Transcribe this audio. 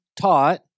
taught